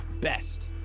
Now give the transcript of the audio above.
best